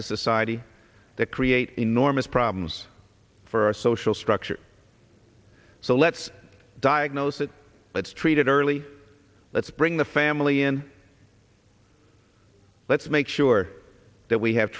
to society that create enormous problems for social structure so let's diagnose it let's treat it early let's bring the family in let's make sure that we have